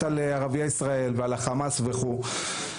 על ערביי ישראל, חמאס וכדומה.